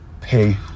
pay